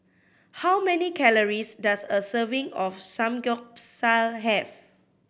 how many calories does a serving of Samgyeopsal have